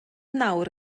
nawr